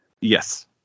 Yes